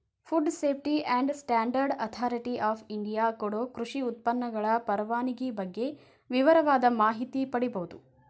food safety and standard authority of India ಕೊಡೊ ಕೃಷಿ ಉತ್ಪನ್ನಗಳ ಪರವಾನಗಿ ಬಗ್ಗೆ ವಿವರವಾದ ಮಾಹಿತಿ ಪಡೇಬೋದು